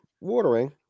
watering